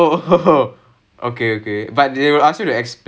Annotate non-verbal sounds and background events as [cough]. [laughs] then circular motion